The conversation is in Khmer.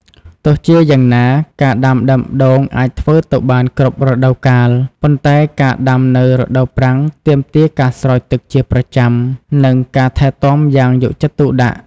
ទោះជាយ៉ាងណា ការដាំដើមដូងអាចធ្វើទៅបានគ្រប់រដូវកាល ប៉ុន្តែការដាំនៅរដូវប្រាំងទាមទារការស្រោចទឹកជាប្រចាំ និងការថែទាំយ៉ាងយកចិត្តទុកដាក់។